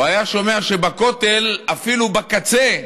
הוא היה שומע שבכותל, אפילו בקצה,